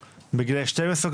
בגילאי שתים עשרה,